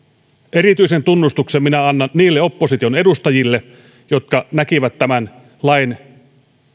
erityisen tunnustuksen minä annan niille opposition edustajille jotka näkivät tämän lain